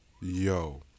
Yo